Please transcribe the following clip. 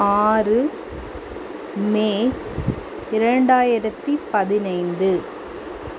ஆறு மே இரண்டாயிரத்து பதினைந்து